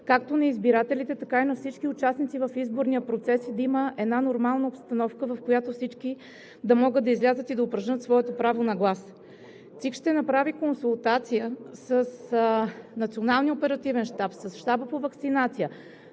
както на избирателите, така и на всички участници в изборния процес и да има една нормална обстановка, в която всички да могат да излязат и да упражнят своето право на глас. Централната избирателна комисия